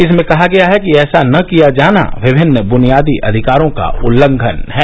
इसमें कहा गया है कि ऐसा ना किया जाना विभिन्न बुनियादी अधिकारों का उल्लंघन है